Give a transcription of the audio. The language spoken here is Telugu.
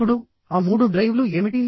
ఇప్పుడు ఆ 3 డ్రైవ్లు ఏమిటి